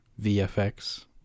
VFX